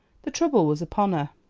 the trouble was upon her.